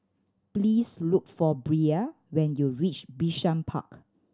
please look for Bria when you reach Bishan Park